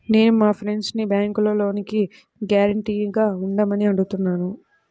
నేను మా ఫ్రెండ్సుని బ్యేంకులో లోనుకి గ్యారంటీగా ఉండమని అడుగుతున్నాను